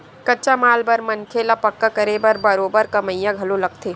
कच्चा माल बर मनखे ल पक्का करे बर बरोबर कमइया घलो लगथे